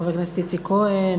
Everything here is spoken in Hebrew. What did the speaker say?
חבר הכנסת איציק כהן,